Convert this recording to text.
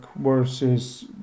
versus